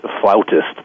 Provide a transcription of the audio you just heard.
flautist